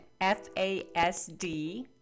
FASD